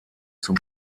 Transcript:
zum